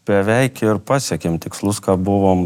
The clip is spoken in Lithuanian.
beveik ir pasiekėm tikslus ką buvom